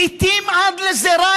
לעיתים עד לזרא,